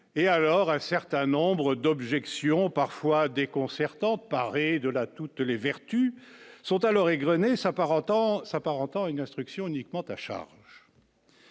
et alors un certain nombre d'objections parfois déconcertante paré de la toutes les vertus sont alors égrené s'apparentant s'apparentant à une instruction uniquement à charge.